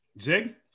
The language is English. Zig